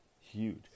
Huge